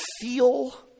feel